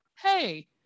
hey